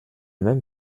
même